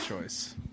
choice